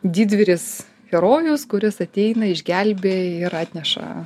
didvyris herojus kuris ateina ižgelbi ir atneša